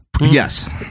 Yes